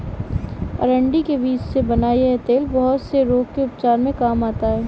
अरंडी के बीज से बना यह तेल बहुत से रोग के उपचार में काम आता है